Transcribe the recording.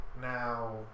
now